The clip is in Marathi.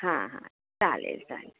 हां हां चालेल चालेल